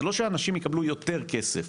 זה לא שאנשים יקבלו יותר כסף,